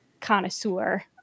connoisseur